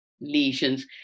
lesions